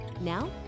Now